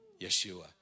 Yeshua